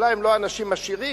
אולי הם אנשים עשירים,